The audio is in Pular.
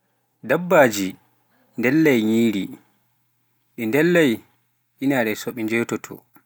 Dabbaji ndellai nyiri, ɓe ndallei inaaje so ɓe joɗo.